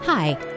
Hi